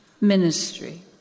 ministry